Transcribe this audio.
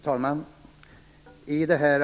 Fru talman!